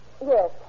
Yes